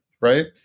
right